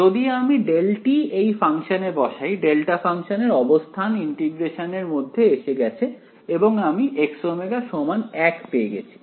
যদি আমি δ এই ফাংশানে বসাই ডেল্টা ফাংশানের অবস্থান ইন্টিগ্রেশন এর মধ্যে এসে গেছে এবং আমি Xω সমান 1 পেয়ে গেছি